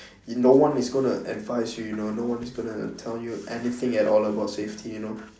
no one is going to advise you you know no one is going to tell you anything about safety at all you know